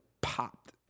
popped